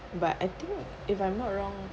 but I think if I'm not wrong